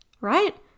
Right